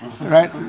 Right